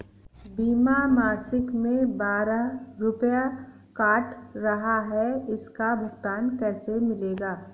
बीमा मासिक में बारह रुपय काट रहा है इसका भुगतान कैसे मिलेगा?